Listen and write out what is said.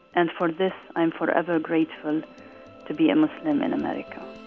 and for this, i'm forever grateful to be a muslim in america